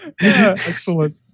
excellent